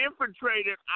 infiltrated